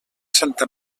santa